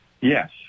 Yes